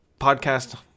podcast